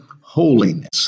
holiness